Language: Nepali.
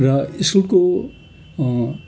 र स्कुलको